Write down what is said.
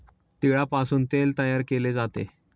तिळापासून तेल तयार केले जाते